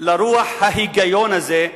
לרוח ההיגיון הזה,